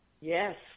Yes